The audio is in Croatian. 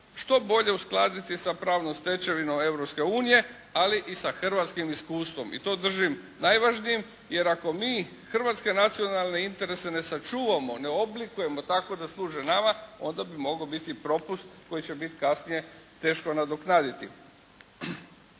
što bolje uskladiti sa pravnom stečevinom Europske unije ali i sa hrvatskim iskustvom i to držim najvažnijim. Jer ako mi hrvatske nacionalne interese ne sačuvamo, ne oblikujemo tako da služe nama onda bi mogao biti propust koji će biti kasnije teško nadoknaditi.